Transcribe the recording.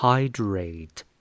Hydrate